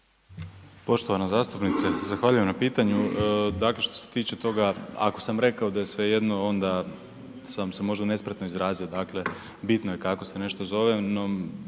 Poštovana zastupnice, zahvaljujem na pitanju. Dakle, što se tiče toga ako sam rekao da je svejedno onda sam se možda nespretno izrazio. Dakle, bitno je kako se nešto zove, no